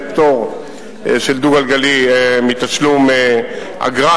יש פטור לדו-גלגלי מתשלום אגרה.